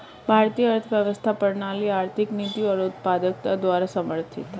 भारतीय अर्थव्यवस्था प्रणाली आर्थिक नीति और उत्पादकता द्वारा समर्थित हैं